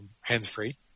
hands-free